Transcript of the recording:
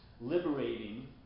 liberating